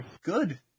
Good